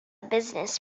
business